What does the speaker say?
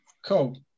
Cool